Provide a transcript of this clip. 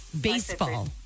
Baseball